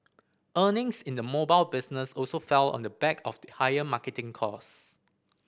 earnings in the mobile business also fell on the back of the higher marketing cost